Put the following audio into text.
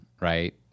Right